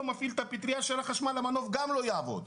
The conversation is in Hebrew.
מפעיל את הפטרייה של החשמל המנוף גם לא יעבוד.